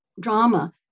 drama